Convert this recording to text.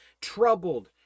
Troubled